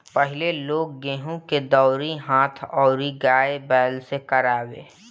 पहिले लोग गेंहू के दवरी हाथ अउरी गाय बैल से करवावे